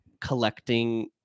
collecting